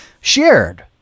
shared